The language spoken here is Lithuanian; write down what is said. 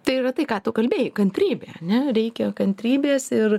tai yra tai ką tu kalbėjai kantrybė ane reikia kantrybės ir